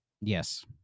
yes